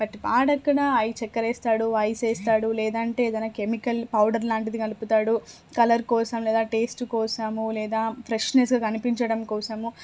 వాడక్కడా చక్కెరేస్తాడు ఐసేస్తాడు లేదా అంటే ఏదన్నా కెమికల్ పౌడర్ లాంటిది కలుపుతాడు కలర్ కోసం లేదా టేస్ట్ కోసమో లేదా ఫ్రెష్నెస్ కనిపించడం కోసమో లేదా